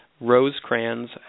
Rosecrans